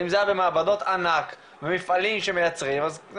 אם זה היה במעבדות ענק ובמפעלים שמייצרים את זה,